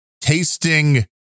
tasting